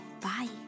Bye